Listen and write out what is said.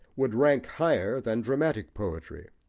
would rank higher than dramatic poetry,